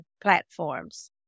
platforms